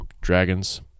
dragons